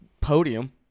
podium